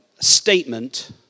statement